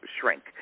shrink